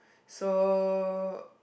so